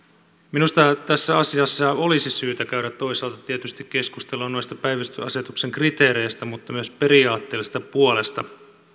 minusta tässä asiassa olisi syytä käydä toisaalta tietysti keskustelua noista päivystysasetuksen kriteereistä mutta myös periaatteellisesta puolesta